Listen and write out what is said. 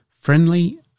friendly